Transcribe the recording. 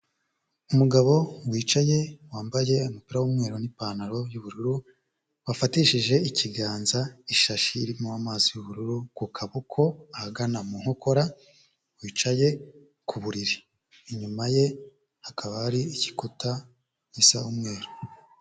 Umugabo wicaye, wambaye umupi w'umweru n'ipantaro y'ubururu, wafatishije ikiganza ishashi irimo amazi y'ubururu ku kaboko ahagana mu nkokora wicaye ku buriri, inyuma ye hakaba hari igikuta gisa umweru.